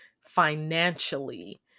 financially